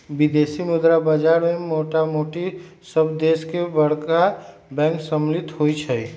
विदेशी मुद्रा बाजार में मोटामोटी सभ देश के बरका बैंक सम्मिल होइ छइ